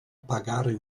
pagare